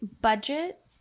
budget